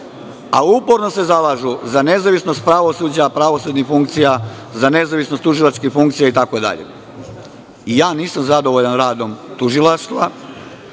a uporno se zalažu za nezavisnost pravosuđa, pravosudnih funkcija, za nezavisnost tužilačke funkcije itd. Ja nisam zadovoljan radom tužilaštva,